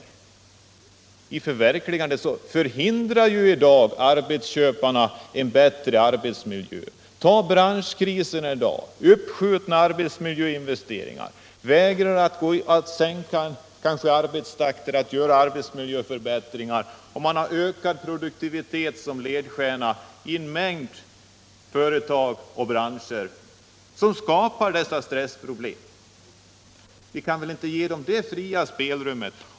I detta förverkligande förhindrar ju i dag arbetsköparna en bättre arbetsmiljö. Se på branschkriserna i dag, som leder till uppskjutna arbetsmiljöinvesteringar och vägran att sänka arbetstakten för att möjliggöra arbetsmiljöförbättringar! I en mängd företag och branscher har man ökad produktivitet som ledstjärna, vilket skapar stressproblem. Vi kan väl inte ge dem det fria spelrummet?